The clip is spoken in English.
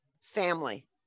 family